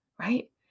Right